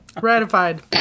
ratified